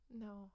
No